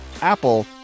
Apple